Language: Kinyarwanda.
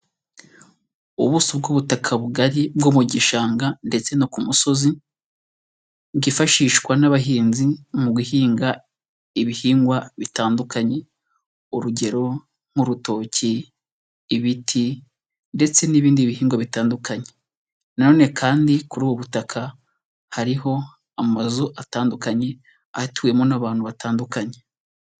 Ubuso bw'ubutaka bugari bwo mu gishanga ndetse no ku musozi, bwifashishwa n'abahinzi mu guhinga ibihingwa bitandukanye, urugero nk'urutoki, ibiti ndetse n'ibindi bihingwa bitandukanye na none kandi kuri ubu butaka hariho amazu atandukanye, atuwemo n'abantu batandukanye.